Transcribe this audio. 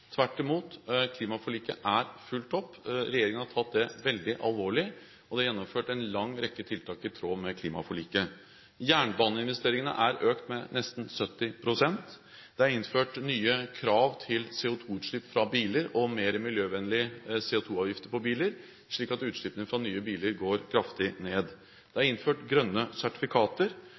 Tvert imot, klimaforliket er fulgt opp, regjeringen har tatt det veldig alvorlig, og det er gjennomført en lang rekke tiltak i tråd med klimaforliket. Jernbaneinvesteringene er økt med nesten 70 pst., det er innført nye krav til CO2-utslipp fra biler og mer miljøvennlige CO2-avgifter på biler, slik at utslippene fra nye biler går kraftig ned. Det er innført grønne sertifikater,